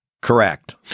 Correct